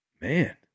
Man